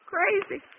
Crazy